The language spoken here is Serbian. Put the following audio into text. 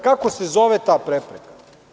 Kako se zove ta prepreka?